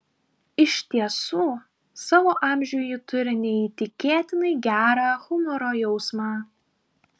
iš tiesų savo amžiui ji turi neįtikėtinai gerą humoro jausmą